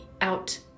out